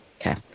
Okay